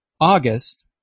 August